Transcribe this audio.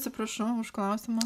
atsiprašau už klausimą